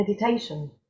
meditation